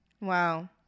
Wow